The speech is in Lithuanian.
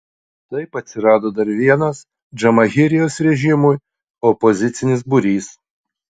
taip atsirado dar vienas džamahirijos režimui opozicinis būrys